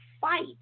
fight